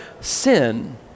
sin